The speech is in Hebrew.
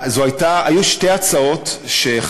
משפט,